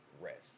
rest